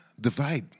divide